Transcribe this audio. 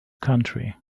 country